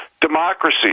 Democracy